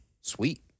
Sweet